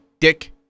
Dick